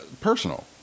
personal